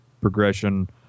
progression